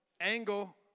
angle